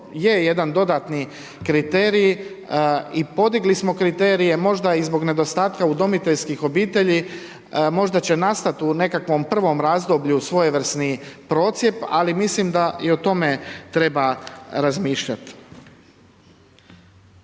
to je jedan dodatni kriterij i podigli smo kriterije možda i zbog nedostatka udomiteljskih obitelji, možda će nastati u nekakvom prvom razdoblju svojevrsni procjep, ali mislim da i o tome treba razmišljati.